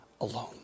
alone